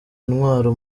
intwaro